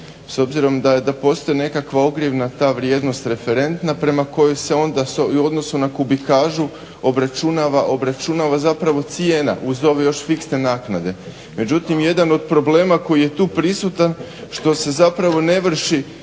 S obzirom da postoji nekakva ogrjevna ta vrijednost referentna prema kojoj se onda u odnosu na kubikažu obračunava zapravo cijena uz ove još fiksne naknade. Međutim, jedan od problema koji je tu prisutan što se zapravo ne vrši